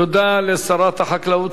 תודה לשרת החקלאות.